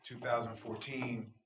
2014